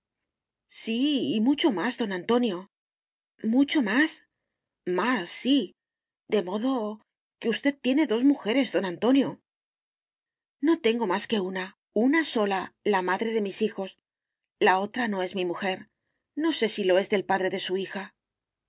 y mucho más don antonio mucho más más sí de modo que usted tiene dos mujeres don antonio no no no tengo más que una una sola la madre de mis hijos la otra no es mi mujer no sé si lo es del padre de su hija